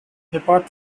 apart